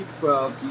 12